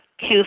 two